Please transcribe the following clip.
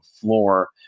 floor